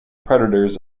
predators